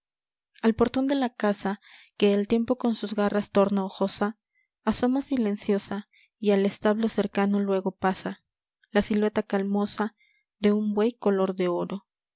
al portón de la casa que el tiempo con sus garras torna ojosa asoma silenciosa y al establo cercano luego pasa la silueta calmosa de un buey color de oro